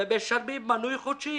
ומשלמים מינוי חודשי,